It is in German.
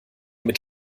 mit